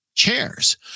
chairs